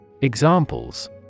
Examples